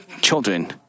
children